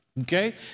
okay